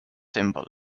symbol